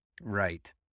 Right